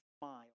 smile